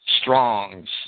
Strong's